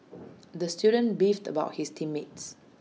the student beefed about his team mates